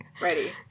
Ready